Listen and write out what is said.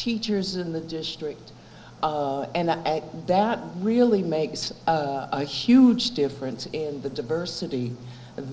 teachers in the district and that really makes a huge difference in the diversity